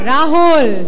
Rahul